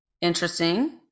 interesting